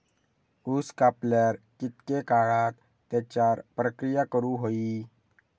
ऊस कापल्यार कितके काळात त्याच्यार प्रक्रिया करू होई?